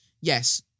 Yes